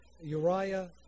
Uriah